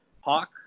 Hawk